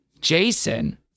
Jason